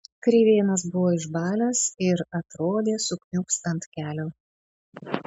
kreivėnas buvo išbalęs ir atrodė sukniubs ant kelio